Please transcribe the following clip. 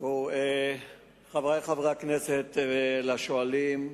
חברי חברי הכנסת, לשואלים,